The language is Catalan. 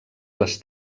les